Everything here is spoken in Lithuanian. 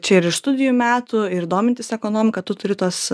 čia ir iš studijų metų ir domintis ekonomika tu turi tuos